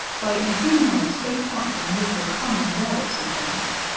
by intruding on a state function with your common rabbits and things?